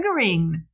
triggering